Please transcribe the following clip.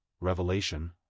revelation